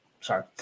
sorry